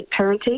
parenting